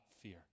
fear